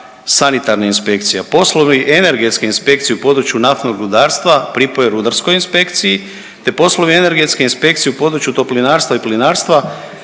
sanitarne inspekcije, a poslovi energetske inspekcije u području naftnog rudarstva pripoje rudarskoj inspekciji te poslovi energetske inspekcije u području toplinarstva i plinarstva